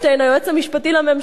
היועץ המשפטי של הממשלה,